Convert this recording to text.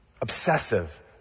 Obsessive